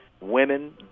women